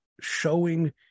showing